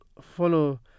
follow